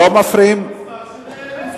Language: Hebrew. לא מפריעים, על אותו מסמך של דניאל בן-סימון.